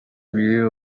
ibiri